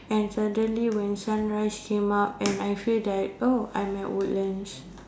and suddenly when sunrise came up and I feel that oh I'm at Woodlands